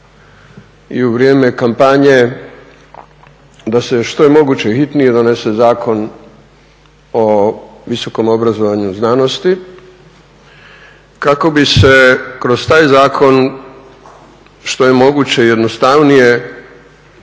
i u vrijeme kampanje da se što je moguće hitnije donese Zakon o visokom obrazovanju i znanosti kako bi se kroz taj zakon što je moguće jednostavnije